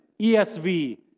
ESV